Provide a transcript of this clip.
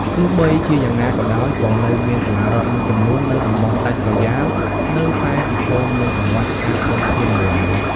ទោះបីជាយ៉ាងណាក៏ដោយ ក៏នៅមានសាលារដ្ឋមួយចំនួននៅតំបន់ដាច់ស្រយាលនៅតែប្រឈមនឹងកង្វះខាតធនធាននៅឡើយ។